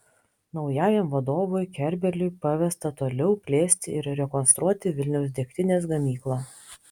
naujajam vadovui kerbeliui pavesta toliau plėsti ir rekonstruoti vilniaus degtinės gamyklą